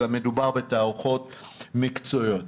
אלא מדובר בתערוכות מקצועיות.